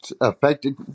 affected